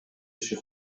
иши